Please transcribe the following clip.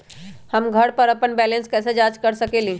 हम घर पर अपन बैलेंस कैसे जाँच कर सकेली?